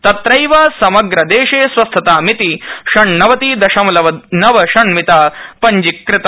तत्रैव समग्र देशे स्वस्थतामिति षण्णवति दशमलव नव षण्मिता पंजीकृता